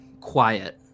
quiet